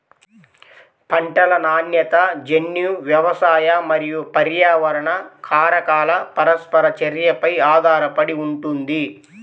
పంటల నాణ్యత జన్యు, వ్యవసాయ మరియు పర్యావరణ కారకాల పరస్పర చర్యపై ఆధారపడి ఉంటుంది